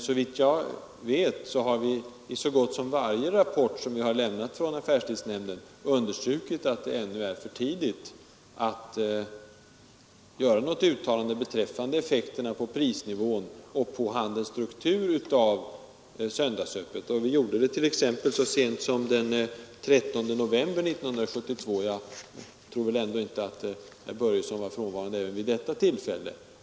Såvitt jag vet har vi i så gott som varje rapport från affärstidsnämnden understrukit att det ännu är för tidigt att göra något uttalande beträffande effekterna på prisnivån och på handelns struktur av söndagsöppethållande. Vi gjorde det t.ex. så sent som den 13 november 1972. Jag tror inte att herr Börjesson var frånvarande även vid detta tillfälle.